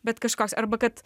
bet kažkoks arba kad